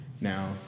Now